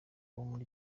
muri